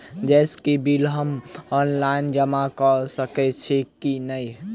Gas केँ bill हम online जमा कऽ सकैत छी की नै?